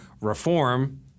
reform